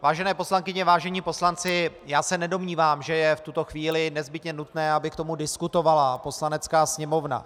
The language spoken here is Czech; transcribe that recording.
Vážené poslankyně, vážení poslanci, já se nedomnívám, že je v tuto chvíli nezbytně nutné, aby k tomu diskutovala Poslanecká sněmovna.